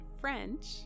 French